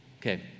Okay